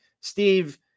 Steve